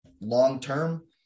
long-term